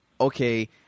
okay